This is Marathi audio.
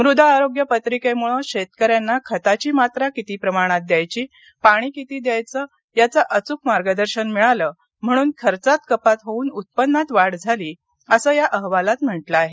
मृदा आरोग्य पत्रिकेमुळं शेतकऱ्यांना खताची मात्रा किती प्रमाणात द्यायची पाणी किती द्यायचं याचं अचूक मार्गदर्शन मिळालं म्हणून खर्चात कपात होऊन उत्पन्नात वाढ झाली असं या अहवालात म्हटलं आहे